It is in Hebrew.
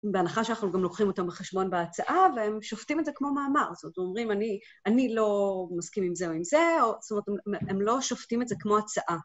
בהנחה שאנחנו גם לוקחים אותם בחשבון בהצעה, והם שופטים את זה כמו מאמר. זאת אומרת, אומרים, אני לא מסכים עם זה או עם זה, זאת אומרת, הם לא שופטים את זה כמו הצעה.